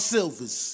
Silvers